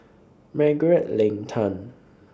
Margaret Leng Tan